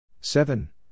seven